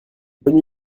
bonne